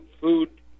food